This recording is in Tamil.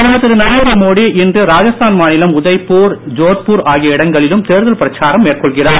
பிரதமர் திரு நரேந்திர மோடி இன்று ராஜஸ்தான் மாநிலம் உதய்பூர் ஜோத்பூர் ஆகிய இடங்களிலும் தேர்தல் பிரச்சாரம் மேற்கொள்கிறார்